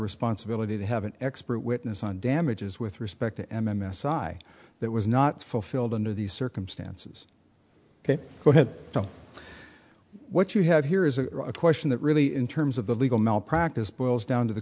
responsibility to have an expert witness on damages with respect to m s i that was not fulfilled under these circumstances ok go ahead joe what you have here is a question that really in terms of the legal malpractise boils down to the